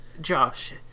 Josh